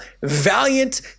valiant